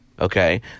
okay